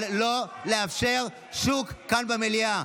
אבל לא לאפשר שוק כאן במליאה.